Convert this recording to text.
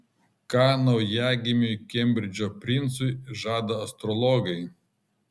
ką naujagimiui kembridžo princui žada astrologai